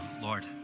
Lord